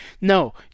no